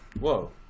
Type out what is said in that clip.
Whoa